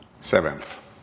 Seventh